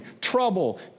trouble